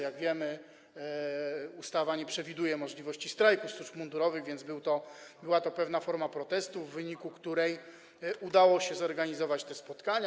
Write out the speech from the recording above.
Jak wiemy, ustawa nie przewiduje możliwości strajku służb mundurowych, więc była to pewna forma protestu, w wyniku której udało się zorganizować te spotkania.